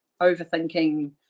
overthinking